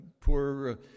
Poor